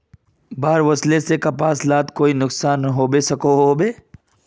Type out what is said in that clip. बाढ़ वस्ले से कपास लात कोई नुकसान होबे सकोहो होबे?